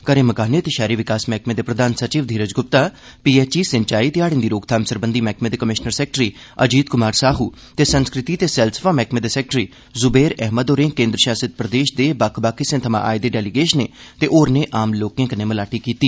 घरें मकानें ते शैहरी विकास मैहकमे दे प्रधान सचिव धीरज गुप्ता पीएचई सिंचाई ते हाईे दी रोकथाम सरबंधी मैह्कमे दे कमिशनर सैक्रेटरी अजीत क्मार साह ते संस्कृति ते सैलसफा मैहकमे दे सैक्रेटरी ज़्बेर अहमद होरें केन्द्र शासित प्रदेश दे बक्ख बक्ख हिस्सें थमां आए दे डेलीगेशनें ते होरनें आम लोकें कन्नै मलाटी कीती